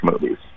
movies